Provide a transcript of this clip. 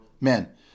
men